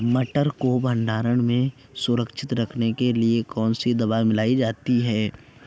मटर को भंडारण में सुरक्षित रखने के लिए कौन सी दवा मिलाई जाती है?